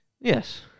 Yes